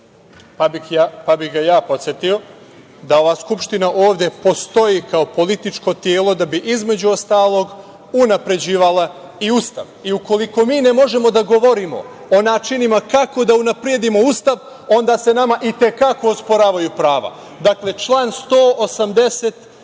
pa bih ga ja podsetio da ova Skupština ovde postoji kao političko telo da bi, između ostalog, unapređivala i Ustav. I ukoliko mi ne možemo da govorimo o načinima kako da unapredimo Ustav, onda se nama i te kako osporavaju prava. Dakle, član 182.